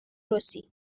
رسی